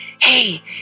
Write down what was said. hey